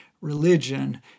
religion